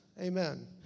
amen